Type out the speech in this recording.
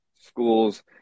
schools